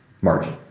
margin